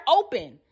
open